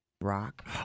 rock